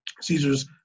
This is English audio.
Caesar's